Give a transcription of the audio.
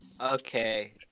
Okay